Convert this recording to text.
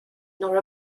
nor